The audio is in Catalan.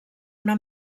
una